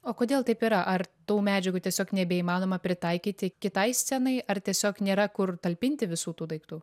o kodėl taip yra ar tų medžiagų tiesiog nebeįmanoma pritaikyti kitai scenai ar tiesiog nėra kur talpinti visų tų daiktų